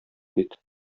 бит